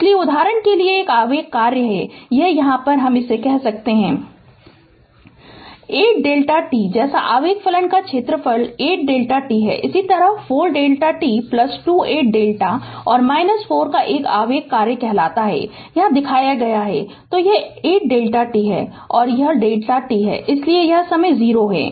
इसलिए उदाहरण के लिए एक आवेग कार्य है यहां यहाँ कहते हैं Refer Slide Time 0648 8 Δ t जैसे आवेग फलन का क्षेत्रफल 8 Δ t है इसी तरह 4 Δ t 2 8 Δ और 4 का एक आवेग कार्य कहलाते हैं यहाँ दिखाया गया है तो यह 8 Δ t है तो यह Δ t है इसलिए यह समय 0 है